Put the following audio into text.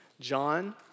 John